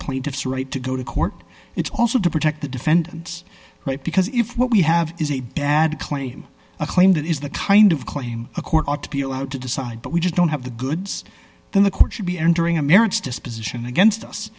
point of straight to go to court it's also to protect the defendant's right because if what we have is a bad claim a claim that is the kind of claim a court ought to be allowed to decide but we just don't have the goods then the court should be entering a marriage disposition against us